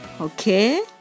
Okay